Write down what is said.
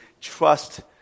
trust